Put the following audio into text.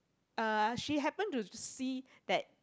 uh she happen to see that